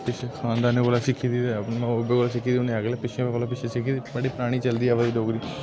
इत्थें खानदाने कोला सिक्खी दी ते अपने माऊ बब्बै कोला सिक्खी दी उनें अगले पिच्छें कोला पिच्छें सिक्खी दी बड़ी परानी चलदी आवा दी डोगरी